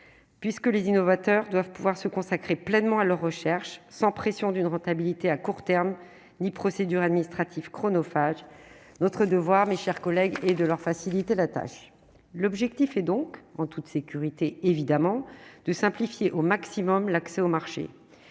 puisque les innovateurs doivent pouvoir se consacrer pleinement à leur recherche sans pression d'une rentabilité à court terme ni procédures administratives chronophages, notre devoir, mes chers collègues et de leur faciliter la tâche, l'objectif est donc en toute sécurité évidemment de simplifier au maximum l'accès au marché,